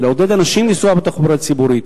ולעודד אנשים לנסוע בתחבורה ציבורית,